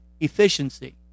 efficiency